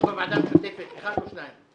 אנחנו בוועדה המשותפת אחד או שניים?